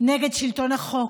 נגד שלטון החוק,